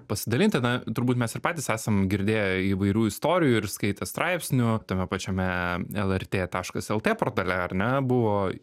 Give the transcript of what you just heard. pasidalinti na turbūt mes ir patys esam girdėję įvairių istorijų ir skaitę straipsnių tame pačiame lrt taškas lt portale ar ne buvo